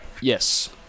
Yes